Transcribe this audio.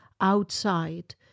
outside